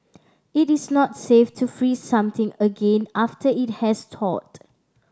it is not safe to freeze something again after it has thawed